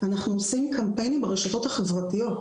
אנחנו עושים קמפיינים עם רשתות חברתיות,